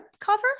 cover